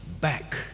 back